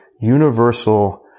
universal